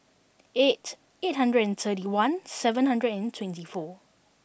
eight eight hundred and thirty one seven hundred and twenty four